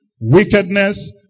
Wickedness